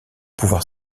pouvoir